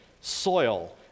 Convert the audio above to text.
soil